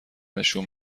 نشون